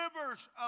rivers